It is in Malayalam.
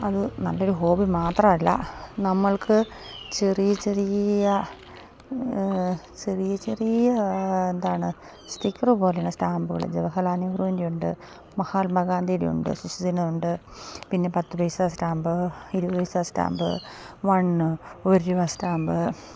അത് നല്ലൊരു ഹോബി മാത്രമല്ല നമ്മൾക്ക് ചെറിയ ചെറിയ ചെറിയ ചെറിയ എന്താണ് സ്റ്റിക്കർ പോലെയുള്ള സ്റ്റാമ്പുകൾ ജവഹർലാൽ നെഹറൂവിൻ്റെയുണ്ട് മഹാത്മാഗാന്ധിയുടെയുണ്ട് ശിശുദിനമുണ്ട് പിന്നെ പത്ത് പൈസ സ്റ്റാമ്പ് ഇരപത് പൈസ സ്റ്റാമ്പ് വൺ ഒരു രൂപ സ്റ്റാമ്പ്